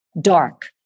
dark